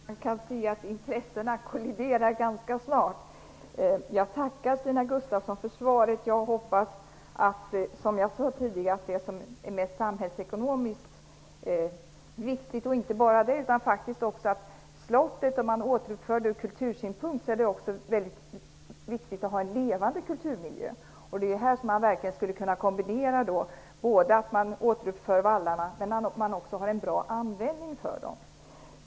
Herr talman! Man kan se att intressena kolliderar ganska snart. Jag tackar Stina Gustavsson för svaret. Jag hoppas, som jag sade tidigare, att man gör det som är viktigast ur samhällsekonomisk synpunkt. Om man återuppför slottet ur kultursynpunkt är det också mycket viktigt att ha en levande kulturmiljö. Här skulle man kunna kombinera ett återuppförande av vallarna med en bra användning för dem.